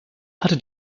hatte